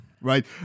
Right